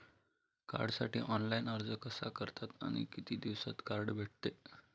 कार्डसाठी ऑनलाइन अर्ज कसा करतात आणि किती दिवसांत कार्ड भेटते?